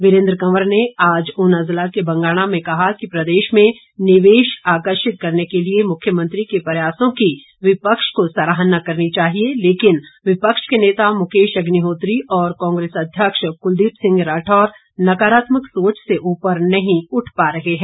वीरेंद्र कंवर ने आज ऊना जिला के बंगाणा में कहा कि प्रदेश में निवेश आकर्षित करने के लिए मुख्यमंत्री के प्रयासों की विपक्ष को सराहना करनी चाहिए लेकिन विपक्ष के नेता मुकेश अग्निहोत्री और कांग्रेस अध्यक्ष कुलदीप सिंह राठौर नकारात्मक सोच से ऊपर नहीं उठ पा रहे हैं